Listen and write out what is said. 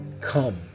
come